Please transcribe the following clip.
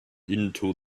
into